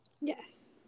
Yes